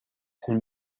and